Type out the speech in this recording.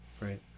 Right